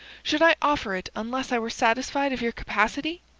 should i offer it unless i were satisfied of your capacity?